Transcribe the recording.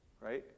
right